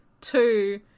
two